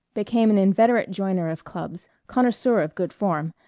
became an inveterate joiner of clubs, connoisseur of good form,